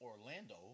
Orlando